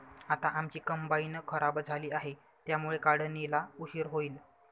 आता आमची कंबाइन खराब झाली आहे, त्यामुळे काढणीला उशीर होईल